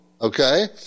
okay